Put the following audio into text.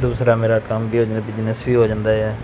ਦੂਸਰਾ ਮੇਰਾ ਕੰਮ ਵੀ ਹੋ ਜਾਂਦਾ ਬਿਜ਼ਨਸ ਵੀ ਹੋ ਜਾਂਦਾ ਹੈ